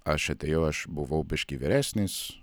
aš atėjau aš buvau biškį vyresnis